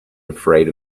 afraid